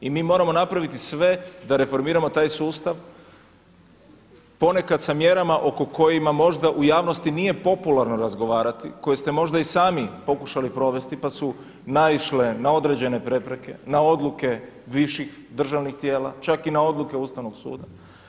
I mi moramo napraviti sve da reformiramo taj sustav ponekad sa mjerama o kojima možda u javnosti nije popularno razgovarati, koje ste možda i sami pokušali provesti pa su naišle na određene prepreke, na odluke viših državnih tijela čak i na odluke Ustavnog suda.